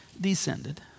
descended